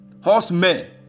horsemen